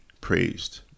praised